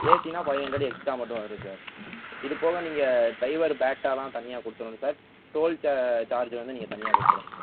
ஏசினா five hundred extra மட்டும் வரும் sir இது போக நீங்கள் டிரைவர் பேட்டாலாம் தனியாக கொடுத்துடணும் சார் டோல் சா சார்ஜ் வந்து தனியாக கொடுத்துடணும் சார்